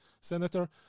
senator